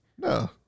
No